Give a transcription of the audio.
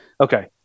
Okay